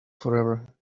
forever